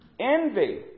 Envy